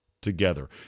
together